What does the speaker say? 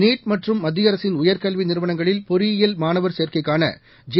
NEET மற்றும் மத்திய அரசின் உயர்கல்வி நிறுவனங்களில் பொறியியல் மாணவர் சேர்க்கைக்காள ஜே